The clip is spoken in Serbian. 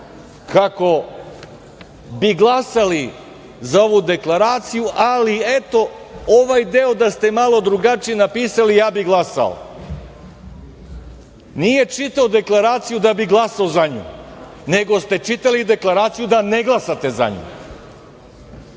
kako bi glasali za ovu deklaraciju ali, eto, ovaj deo da ste malo drugačije napisali, ja bih glasao. Nije čitao Deklaraciju da bi glasao za nju, nego ste čitali deklaraciju da ne glasate za nju.